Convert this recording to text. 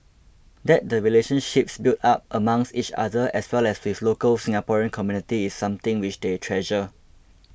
that the relationships built up amongst each other as well as with local Singaporean community is something which they treasure